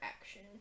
action